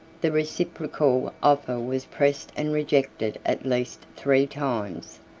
the reciprocal offer was pressed and rejected at least three times,